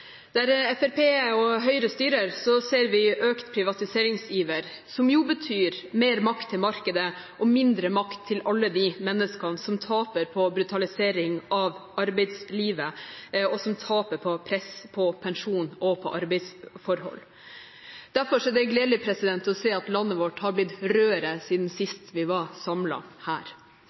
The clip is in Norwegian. Der Fremskrittspartiet og Høyre styrer, ser vi økt privatiseringsiver, som betyr mer makt til markedet og mindre makt til alle de menneskene som taper på brutalisering av arbeidslivet, og som taper på press på pensjon og arbeidsforhold. Derfor er det gledelig å se at landet vårt har blitt rødere siden sist vi var samlet her.